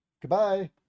goodbye